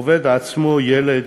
עובד שעמו ילד